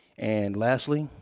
and lastly,